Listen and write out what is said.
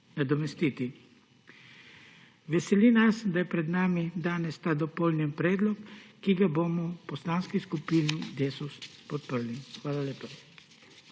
nadomestiti. Veseli nas, da je pred nami danes ta dopolnjeni predlog, ki ga bomo v Poslanski skupini Desus podprli. Hvala lepa.